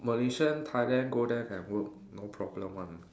Malaysian Thailand go there can work no problem one